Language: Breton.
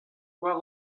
war